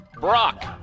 Brock